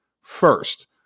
first